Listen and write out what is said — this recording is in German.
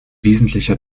wesentlicher